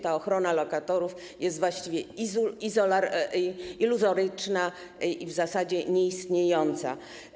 Ta ochrona lokatorów jest właściwie iluzoryczna i w zasadzie nieistniejąca.